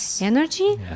energy